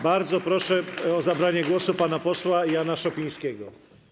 Bardzo proszę o zabranie głosu pana posła Jana Szopińskiego.